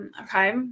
okay